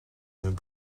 hun